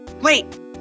Wait